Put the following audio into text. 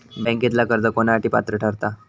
बँकेतला कर्ज कोणासाठी पात्र ठरता?